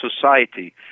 society